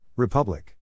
Republic